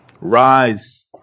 Rise